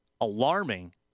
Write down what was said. alarming